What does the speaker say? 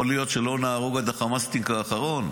יכול להיות שלא נהרוג עד החמאסניק האחרון,